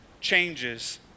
changes